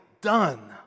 done